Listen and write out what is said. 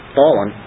fallen